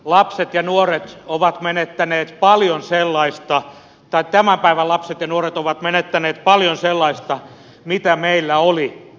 lapset ja nuoret ovat menettäneet paljon sellaista mitä tämän päivän lapset ja nuoret ovat menettäneet paljon sellaista mitä meillä oli